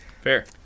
fair